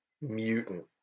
mutant